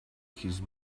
his